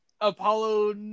Apollo